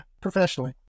Professionally